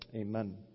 Amen